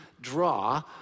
draw